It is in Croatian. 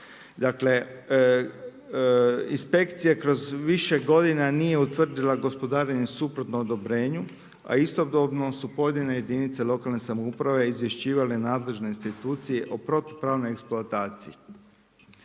Dakle inspekcije kroz više godina nije utvrdila gospodarenje suprotno odobrenju, a istodobno su pojedine jedinice lokalne samouprave izvješćivale nadležne institucije o protupravnoj eksploataciji.